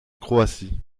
croatie